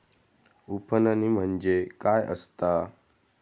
उफणणी म्हणजे काय असतां?